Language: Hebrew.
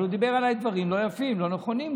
אבל הוא דיבר עליי דברים לא יפים, לא נכונים גם.